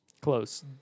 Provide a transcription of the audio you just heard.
Close